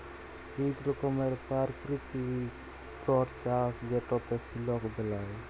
ইক রকমের পারকিতিক ইকট চাষ যেটতে সিলক বেলায়